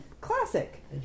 classic